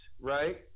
right